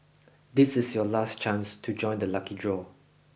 this is your last chance to join the lucky draw